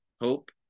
hope